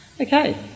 Okay